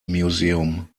museum